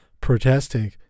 protesting